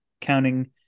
counting